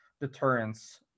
deterrence